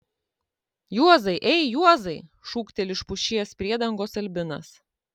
juozai ei juozai šūkteli iš pušies priedangos albinas